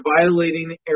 violating